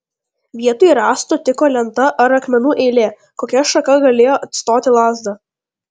vietoj rąsto tiko lenta ar akmenų eilė kokia šaka galėjo atstoti lazdą